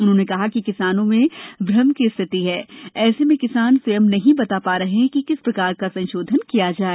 उन्होंने कहा कि किसानों में भ्रम की स्थिति है ऐसे में किसान स्वयं नही बता पा रहे हैं कि किस प्रकार का संशोधन किया जाए